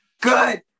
Good